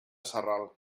sarral